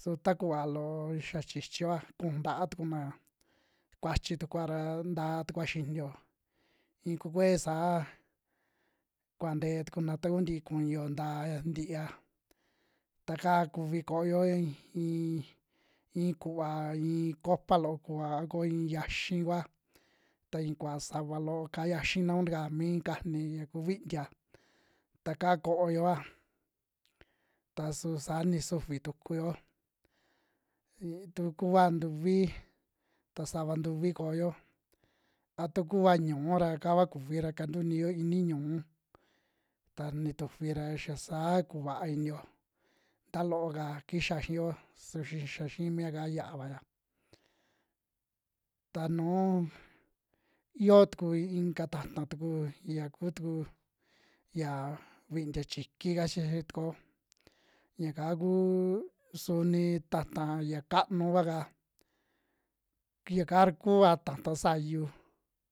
su takuva loo xia chichioa kuju ntaa tukunaa, kuachi tukua ra ntaa tukua xinioo in kukuee saa kua ntee tukuna takun tii kuñuo taya ntiia, ta kaa kuvi kooyo iin, in kuva iin copa loo kua a ko iin yiaxi kua, ta in kuva sava loo ka'a yiaxi na kuntuka mi kajni ya ku vintia ta kaa koyoa, ta su saa ni sufi tukuyo e tu kua ntuvi, ta sava tuvi kooyo a tu kua ñu'u ra kaa kua kuvi ra kantuu niyo i'i nii ñu'u, ta nitufi ra xa saa kuva'a iniyo nta loo'ka kixa'a xiiyo su xi xa xii miaka ya'avaya ta nuu iyo tuku ika ta'ta tuku ya kuu tuku, ya vintia chiiki kachi tukuo yaka kuu su ni ta'ta ya kanu kua kaa, kiya kaa ra kua ta'ta sayu.